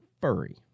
furry